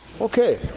Okay